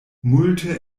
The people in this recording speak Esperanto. multe